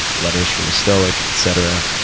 letters from a stoic, etc.